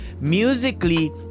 musically